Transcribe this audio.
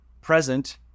present